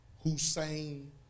Hussein